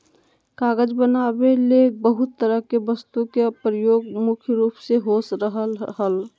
कागज बनावे ले बहुत तरह के वस्तु के प्रयोग मुख्य रूप से हो रहल हल